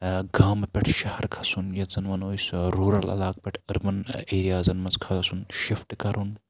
گامہٕ پٮ۪ٹھ شَہَر کھَژُن یَتھ زَن وَنو أسۍ روٗرَل علاقہٕ پٮ۪ٹھ أربن ایٚریازَن منٛز کھَژُن شِفٹہٕ کَرُن